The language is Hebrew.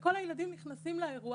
כל הילדים נכנסים לאירוע,